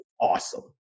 awesome